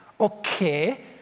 okay